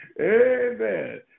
Amen